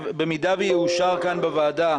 במידה שיאושר כאן בוועדה,